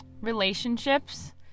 relationships